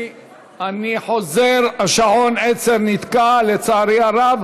אני חוזר, שעון-העצר נתקע, לצערי הרב.